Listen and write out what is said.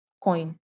coin